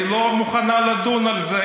היא לא מוכנה לדון על זה.